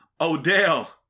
Odell